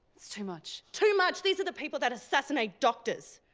too much. too much! these are the people that assassinate doctors!